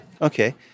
Okay